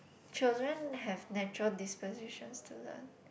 children have natural dispositions to learn